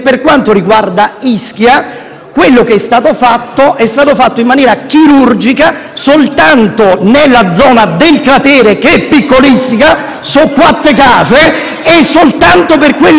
quello che è stato fatto per Ischia è stato fatto in maniera chirurgica soltanto nella zona del cratere, che è piccolissima - sono quattro case! - e soltanto per le abitazioni distrutte.